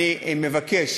אני מבקש